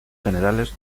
generales